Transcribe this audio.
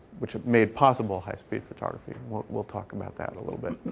which had made possible high-speed photography. we'll we'll talk about that a little bit.